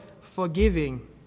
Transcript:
forgiving